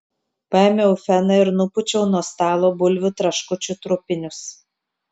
paėmiau feną ir nupūčiau nuo stalo bulvių traškučių trupinius